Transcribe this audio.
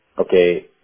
okay